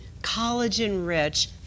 collagen-rich